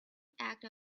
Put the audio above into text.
act